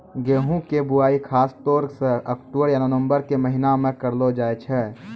गेहूँ के बुआई खासतौर सॅ अक्टूबर या नवंबर के महीना मॅ करलो जाय छै